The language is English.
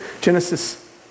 Genesis